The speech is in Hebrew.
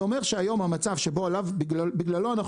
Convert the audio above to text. זה אומר שהיום המצב שבו בגללו אנחנו